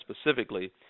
specifically